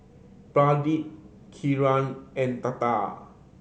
Pradip Kiran and Tata